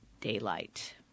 daylight